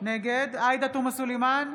נגד עאידה תומא סלימאן,